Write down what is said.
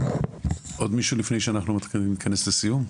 עוד מישהו לפני שאנחנו מתכנסים לסיום?